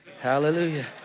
Hallelujah